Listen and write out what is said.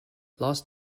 lost